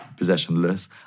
possessionless